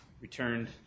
returned